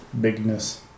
Bigness